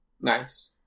Nice